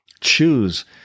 Choose